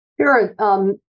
Sure